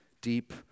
Deep